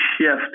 shift